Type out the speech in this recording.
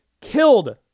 killed